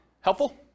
Helpful